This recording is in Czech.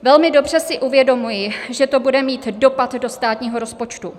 Velmi dobře si uvědomuji, že to bude mít dopad do státního rozpočtu.